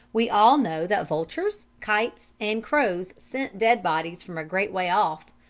we all know that vultures, kites and crows scent dead bodies from a great way off,